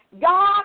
God